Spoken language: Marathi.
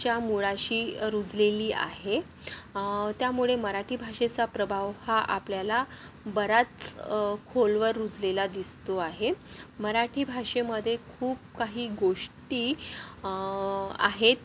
च्या मुळाशी रुजलेली आहे त्यामुळे मराठी भाषेचा प्रभाव हा आपल्याला बराच खोलवर रुजलेला दिसतो आहे मराठी भाषेमध्ये खूप काही गोष्टी आहेत